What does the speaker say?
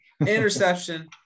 Interception